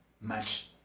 match